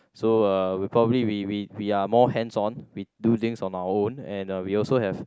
so uh we probably we we we are more hands on we do things on our own and we also have